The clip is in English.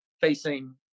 facing